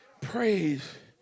praise